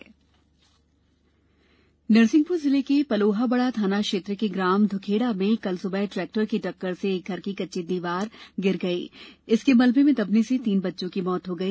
दुर्घटना नरसिंहपुर जिले के पलोहाबड़ा थाना क्षेत्र के ग्राम धोखेड़ा में कल सुबह ट्रैक्टर की टक्कर से एक घर की कच्ची दीवार गिर गई इसके मलबे में दबने से तीन बच्चों की मौत हो गई